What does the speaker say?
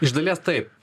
iš dalies taip